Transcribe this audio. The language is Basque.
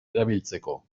erabiltzeko